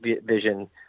vision